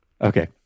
Okay